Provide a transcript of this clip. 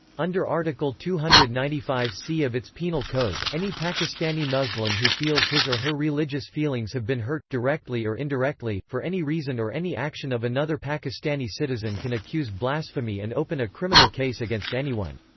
under article two hundred and ninety five c of its penal code, any pakistani muslim who feels his or her religious feelings have been hurt, directly or indirectly, for any reason or any action of another pakistani citizen can accuse blasphemy and open a criminal case against anyone.